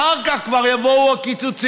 אחר כך כבר יבואו הקיצוצים.